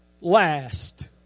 last